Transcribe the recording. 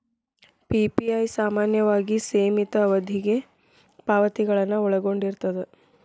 PPI ಸಾಮಾನ್ಯವಾಗಿ ಸೇಮಿತ ಅವಧಿಗೆ ಪಾವತಿಗಳನ್ನ ಒಳಗೊಂಡಿರ್ತದ